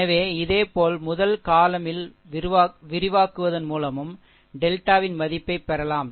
எனவே இதேபோல் முதல் column யில் விரிவாக்குவதன் மூலமும் டெல்டாவின் மதிப்பைப் பெறலாம்